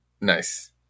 Nice